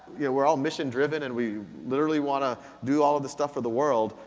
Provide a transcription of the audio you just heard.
yeah we're all mission-driven and we literally wanna do all of this stuff for the world,